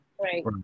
right